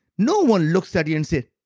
no one looks at you and says,